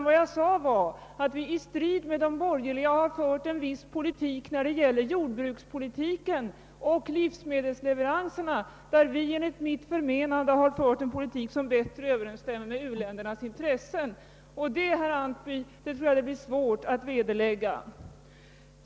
Vad jag sade var, att vi i strid mot de borgerliga fört en politik när det gäller jordbruket och livsmedelsleveranserna som enligt mitt förmenande bättre överensstämmer med u-ländernas intressen. Detta, herr Antby, tror jag det blir svårt att vederlägga.